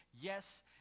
yes